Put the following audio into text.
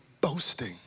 boasting